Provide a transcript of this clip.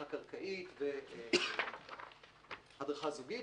הדרכה קרקעית והדרכה זוגית,